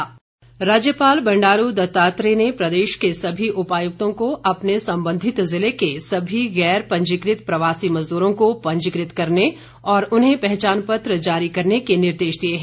राज्यपाल राज्यपाल बंडारू दत्तात्रेय ने प्रदेश के सभी उपायुक्तों को अपने संबंधित ज़िले के सभी गैरपंजीकृत प्रवासी मजदूरों को पंजीकृत करने और उन्हें पहचान पत्र जारी करने के निर्देश दिए हैं